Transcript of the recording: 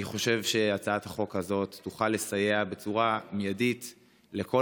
אני חושב שהצעת החוק הזאת תוכל לסייע בצורה מיידית לכל